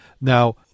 Now